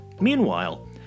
Meanwhile